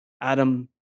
Adam